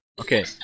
Okay